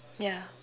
yeah